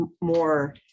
more